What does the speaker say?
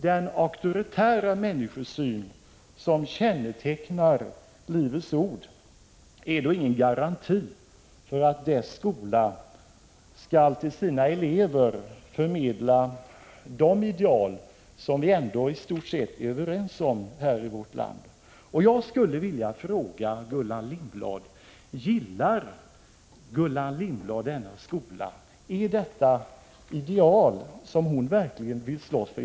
Den auktoritära människosyn som kännetecknar Livets ord är ingen garanti för att dess skola skall till sina elever förmedla de ideal som vi ändå i stort sett är överens om här i vårt land. Jag skulle vilja fråga Gullan Lindblad: Gillar Gullan Lindblad denna skola? Är detta ideal som hon verkligen vill slåss för?